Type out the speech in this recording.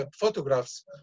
photographs